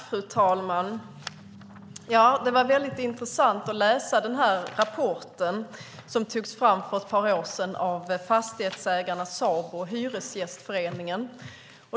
Fru talman! Det var väldigt intressant att läsa den rapport som togs fram för ett par år sedan av Fastighetsägarna, Sabo och Hyresgästföreningen.